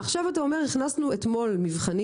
עכשיו אתה אומר שהכנסנו אתמול מבחנים